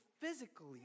physically